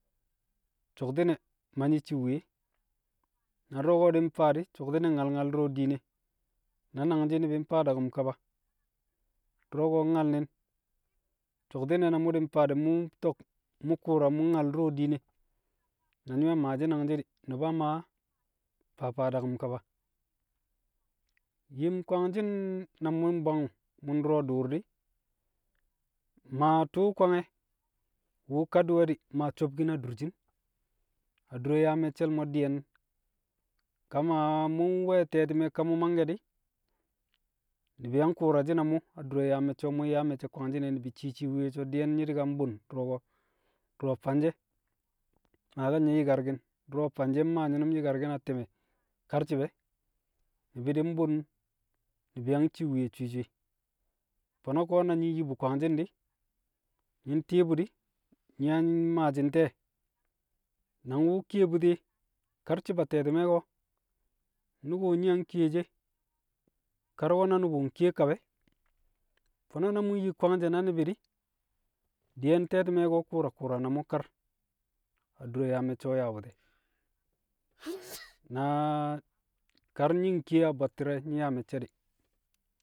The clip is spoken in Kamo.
So̱kti̱ne̱ ma nyi̱ cii wuye. Na du̱ro̱ ko̱ di̱ mfaa di̱, so̱kti̱ne̱ nyal nyal du̱ro̱ diine, na nangshi̱ ni̱bi̱ mfaa daku̱m kaba. Du̱ro̱ ko̱ nyal ni̱n, so̱kti̱ne̱ na mu̱ mfaa di̱ mu̱ to̱k mu̱ ku̱u̱ra mu̱ nyal du̱ro̱ diine. Na nyi̱ nwe̱ maashi̱ nangshi̱ di̱, Nu̱ba Maa faa faa daku̱m kaba. Yim kwangshi̱n na mu̱ mbwang mu̱ ndu̱ro̱ du̱u̱r di̱, maa tṵṵ kwange̱ wu̱ kadi̱we̱di̱ maa sobkin adurshin. Adure yaa me̱cce̱l mo̱ di̱ye̱n ka maa mu̱ we̱ te̱ti̱me̱ ka mu̱ mangke̱ di̱, ni̱bi̱ yang ku̱u̱rashi̱ na mu̱ adure yaa me̱cce̱ mu̱ yaa me̱cce̱ kwangshi̱n e̱, ni̱bi̱ cii cii wuye so̱ di̱ye̱n nyi̱ di̱ ka nbu̱n du̱ro̱ ko̱, du̱ro̱ fanje̱. Maakẹl nye̱ yi̱karki̱n, du̱ro̱ fanje̱ mmaa nyi̱nu̱m yi̱karki̱n a ti̱mẹ karci̱b e̱. Ni̱bi̱ di̱ mbu̱n ni̱bi̱ yang cii wuye swi̱i̱ swi̱i̱. Fo̱no̱ ko̱ na nyi̱ nyi kwangshi̱n di̱, nyi̱ nti̱i̱ bu̱ di̱, nyi̱ yang maashi̱ nte̱e̱? Nang wu̱ kiye bu̱ti̱ e̱ karci̱b a te̱ti̱me̱ ko̱, nyu̱ku̱ nyi̱ yang kiyeshi e, kar we̱ na nu̱bu̱ nkiye kab e̱. Fo̱no̱ na mu̱ nyi kwangshe̱ na ni̱bi̱ di̱, di̱ye̱n te̱ti̱me̱ ko̱ ku̱u̱ra ku̱u̱ra na mu̱ kar, adure yaa me̱ccẹ wu̱ yaa bu̱ti̱ e̱. na kar nyi̱ nkiye a bwatti̱re̱ nyi̱ yaa me̱cce̱ di̱.